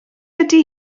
ydy